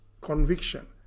conviction